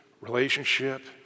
relationship